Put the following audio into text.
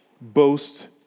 boast